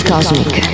Cosmic